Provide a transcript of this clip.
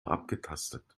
abgetastet